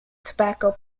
tobacco